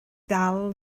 ddal